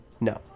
No